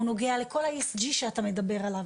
הוא נוגע לכל ה-ESG שאתה מדבר עליו,